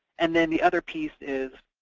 and then the other piece is,